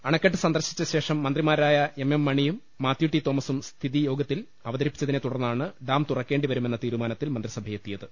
അണക്കെട്ട് സന്ദർശിച്ച ശേഷം മന്ത്രി മാരായ എം എം മണിയും മാത്യൂ ടി തോമസും സ്ഥിതി യോഗ ത്തിൽ അവതരിപ്പിച്ചതിനെ തുടർന്നാണ് ഡാം തുറക്കേണ്ടി വരു മെന്ന തീരുമാനത്തിൽ മന്ത്രിസഭയെത്തിയത്